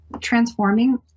transforming